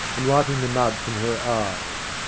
and wiping the mud from her eyes.